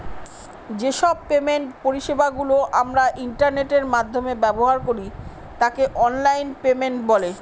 যে সব পেমেন্ট পরিষেবা গুলো আমরা ইন্টারনেটের মাধ্যমে ব্যবহার করি তাকে অনলাইন পেমেন্ট বলে